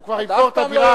הוא כבר ימכור את הדירה,